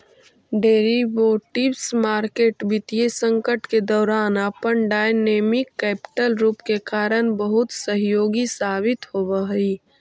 derivatives market वित्तीय संकट के दौरान अपन डायनेमिक कैपिटल रूप के कारण बहुत सहयोगी साबित होवऽ हइ